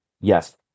Yes